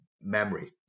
memory